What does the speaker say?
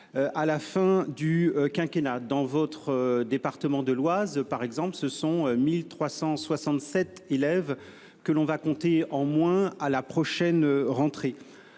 À la fin du quinquennat dans votre département de l'Oise par exemple ce sont 1367 élèves que l'on va compter en moins à la prochaine rentrée.